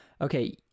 okay